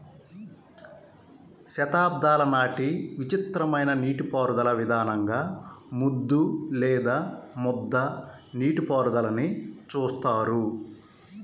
శతాబ్దాల నాటి విచిత్రమైన నీటిపారుదల విధానంగా ముద్దు లేదా ముద్ద నీటిపారుదలని చూస్తారు